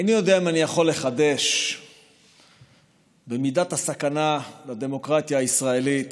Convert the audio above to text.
איני יודע אם אני יכול לחדש במידת הסכנה לדמוקרטיה הישראלית,